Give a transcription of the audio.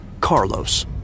Carlos